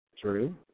True